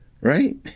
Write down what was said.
right